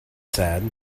said